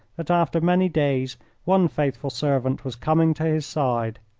that after many days one faithful servant was coming to his side.